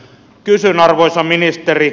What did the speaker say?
kysyn arvoisa ministeri